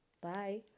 Bye